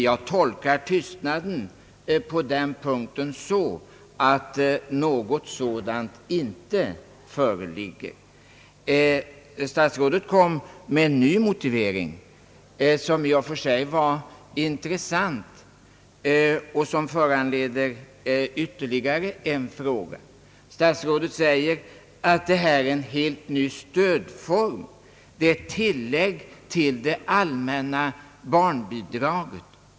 Jag tolkar tystnaden på denna punkt så att något sådant inte föreligger. Statsrådet kom med en ny motivering som i och för sig var intressant och som föranleder ytterligare en fråga. Statsrådet säger att detta är en helt ny stödform, ett tillägg till det allmänna barnbidraget.